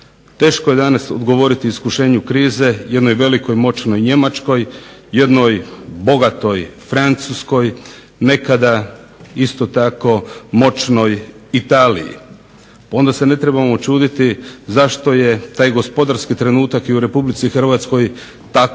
Teško je danas odgovoriti iskušenju krize, jednoj velikoj moćnoj Njemačkoj, jednoj bogatoj Francuskoj, nekada isto tako moćnoj Italiji. Onda se ne trebamo čuditi zašto je taj gospodarski trenutak i u RH tako težak.